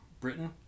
britain